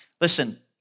Listen